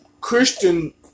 Christian-